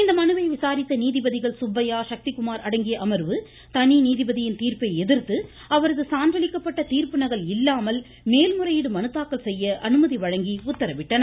இந்த மனுவை விசாரித்த நீதிபதிகள் சுப்பையா சக்தி குமார் அடங்கிய அமர்வு தனி நீதிபதியின் தீர்ப்பை எதிர்த்து அவரது சான்றளிக்கப்பட்ட தீர்ப்பு நகல் இல்லாமல் மேல்முறையீடு மனுதாக்கல் செய்ய அனுமதி வழங்கி உத்தரவிட்டனர்